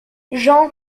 jean